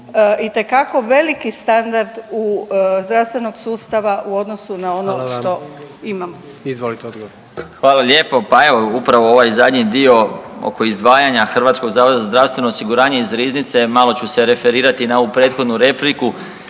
itekako veliki standard zdravstvenog sustava u odnosu na ono što imamo? **Jandroković, Gordan (HDZ)** Hvala vam. Izvolite odgovor. **Marić, Zdravko** Hvala lijepo. Pa evo upravo ovaj zadnji dio oko izdvajanja Hrvatskog zavoda za zdravstveno osiguranje iz riznice malo ću se referirati na ovu prethodnu repliku